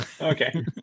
Okay